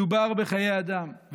מדובר בחיי אדם,